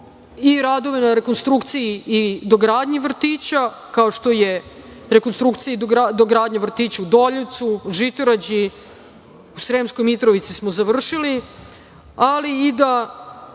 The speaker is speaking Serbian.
i radove na rekonstrukciji i nadogradnji vrtića, kao što je rekonstrukcija i dogradnja vrtića u Doljevcu, Žitorađi, u Sremskoj Mitrovici smo završili, ali i da